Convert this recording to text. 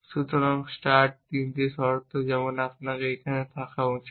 সুতরাং স্টার্ট 3 শর্ত যেমন আপনার এখানে থাকা উচিত